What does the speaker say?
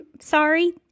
sorry